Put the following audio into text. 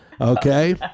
okay